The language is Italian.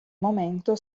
momento